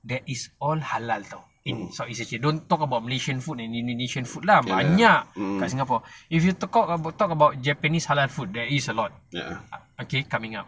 that is all halal [tau] in southeast don't talk about malaysian food indonesian food lah banyak kat singapore if you talk about talk about japanese halal food there is a lot okay coming up